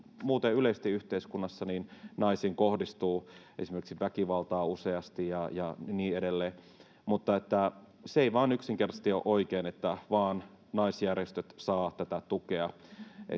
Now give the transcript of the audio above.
muuten yleisesti yhteiskunnassa naisiin kohdistuu esimerkiksi väkivaltaa useasti ja niin edelleen. Mutta se ei vain yksinkertaisesti ole oikein, että vain naisjärjestöt saavat tätä tukea.